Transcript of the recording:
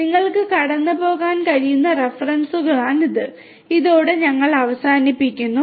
അതിനാൽ നിങ്ങൾക്ക് കടന്നുപോകാൻ കഴിയുന്ന റഫറൻസുകളാണിത് ഇതോടെ ഞങ്ങൾ അവസാനിപ്പിക്കുന്നു